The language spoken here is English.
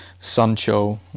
Sancho